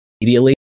immediately